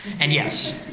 and yes,